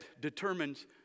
determines